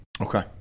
okay